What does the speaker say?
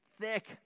thick